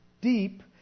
deep